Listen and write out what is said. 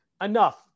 enough